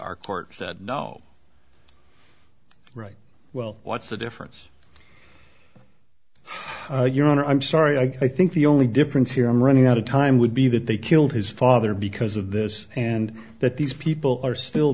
our court said no right well what's the difference your honor i'm sorry i think the only difference here i'm running out of time would be that they killed his father because of this and that these people are still